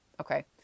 Okay